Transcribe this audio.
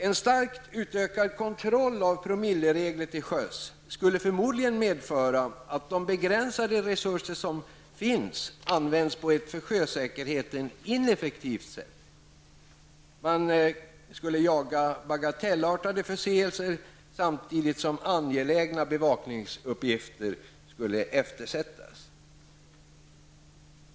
En starkt utökad kontroll av promilleregler till sjöss skulle förmodligen medföra att de begränsade resurser som finns används på ett för sjösäkerheten ineffektivt sätt. Man skulle jaga bagatellartade förseelser samtidigt som angelägna bevaktningsuppgifter eftersattes.